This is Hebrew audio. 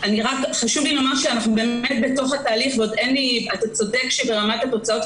חשוב לי לומר שאנחנו בתוך התהליך ואתה צודק שברמת התוצאות,